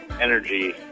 energy